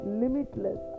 limitless